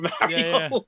Mario